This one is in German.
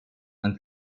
und